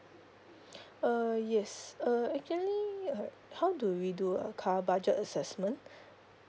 err yes uh actually how do we do a car budget assessment